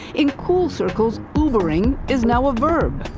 in cool circles ubering is now a verb,